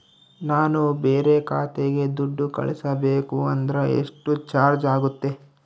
ನಾನು ಬೇರೆ ಖಾತೆಗೆ ದುಡ್ಡು ಕಳಿಸಬೇಕು ಅಂದ್ರ ಎಷ್ಟು ಚಾರ್ಜ್ ಆಗುತ್ತೆ?